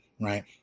Right